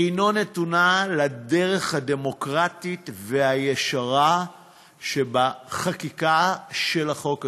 עינו נתונה לדרך הדמוקרטית והישרה בחקיקה של החוק הזה,